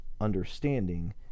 understanding